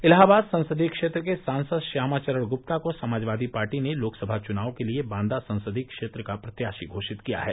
इलाहाबाद संसदीय क्षेत्र के सांसद श्यामा चरण गुप्ता को समाजवादी पार्टी ने लोकसभा चुनाव के लिये बांदा संसदीय क्षेत्र का प्रत्याशी घोषित किया है